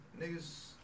niggas